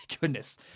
goodness